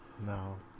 No